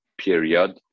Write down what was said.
period